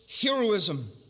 Heroism